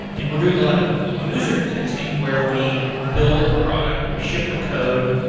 and we're doing a lot of user testing where we build the product, we ship the code,